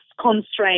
constraints